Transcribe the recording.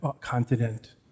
continent